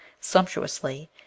sumptuously